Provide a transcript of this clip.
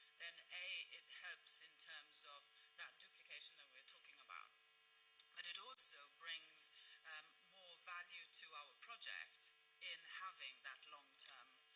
then, a, it helps in terms of that duplication that we are talking about, but it also brings more value to our project in having that long-term